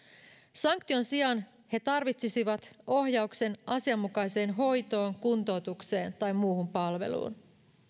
sanktion sijaan he tarvitsisivat ohjauksen asianmukaiseen hoitoon kuntoutukseen tai muuhun palveluun